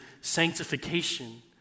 sanctification